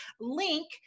link